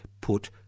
put